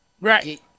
Right